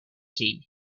tea